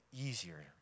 easier